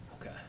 Okay